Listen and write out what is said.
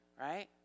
right